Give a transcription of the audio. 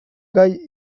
gai